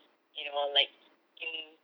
you know like in